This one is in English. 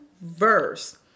verse